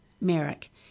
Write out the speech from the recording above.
Merrick